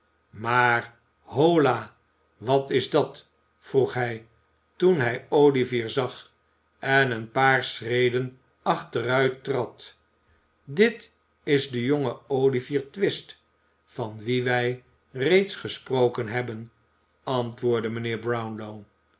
maar hola wat is dat vroeg hij toen hij olivier zag en een paar schreden achteruit trad dit is de jonge olivier twist van wien wij reeds gesproken hebben antwoordde mijnheer brownlow